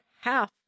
half